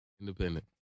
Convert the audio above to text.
Independent